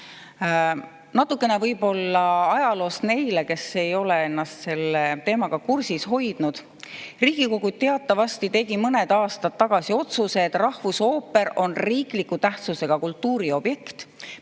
Natukene ajaloost neile, kes ei ole ennast selle teemaga kursis hoidnud. Teatavasti Riigikogu tegi mõned aastad tagasi otsuse, et rahvusooper on riikliku tähtsusega kultuuriobjekt,